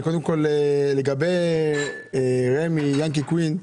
לגבי רמ"י וינקי קוינט,